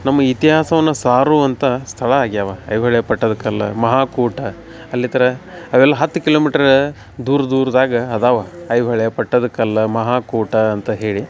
ನಮ್ಮ ಇತಿಹಾಸವನ್ನು ಸಾರುವಂಥ ಸ್ಥಳ ಆಗ್ಯಾವ ಐಹೊಳೆ ಪಟ್ಟದಕಲ್ಲು ಮಹಾಕೂಟ ಅಲ್ಲಿತ್ರ ಅವೆಲ್ಲ ಹತ್ತು ಕಿಲೋಮೀಟ್ರ ದೂರ ದೂರಾದಾಗ ಅದಾವ ಐಹೊಳೆ ಪಟ್ಟದಕಲ್ಲು ಮಹಾಕೂಟ ಅಂತ ಹೇಳಿ